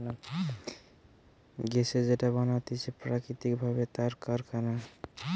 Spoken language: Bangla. গ্যাস যেটা বানাতিছে প্রাকৃতিক ভাবে তার কারখানা